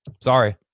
Sorry